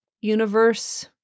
universe